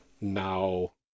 now